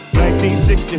1960